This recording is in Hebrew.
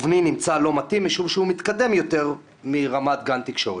ובני נמצא לא מתאים משום שהוא מתקדם יותר מרמת גן תקשורת.